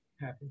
happy